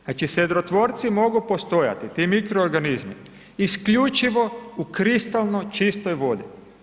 Znači sedrotvorci mogu postojati, ti mikroorganizmi isključivo u kristalno čistoj vodi.